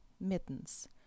mittens